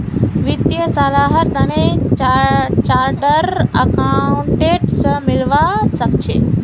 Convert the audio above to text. वित्तीय सलाहर तने चार्टर्ड अकाउंटेंट स मिलवा सखे छि